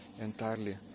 entirely